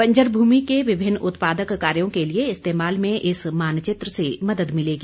बॅजर भूमि के विभिन्न उत्पादक कार्यो के लिए इस्तेमाल में इस मानचित्र से मदद मिलेगी